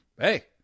Hey